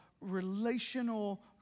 relational